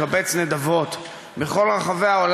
לקבץ נדבות בכל רחבי העולם.